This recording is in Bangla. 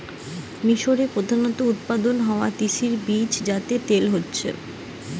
মিশরে প্রধানত উৎপাদন হওয়া তিসির বীজ যাতে তেল হতিছে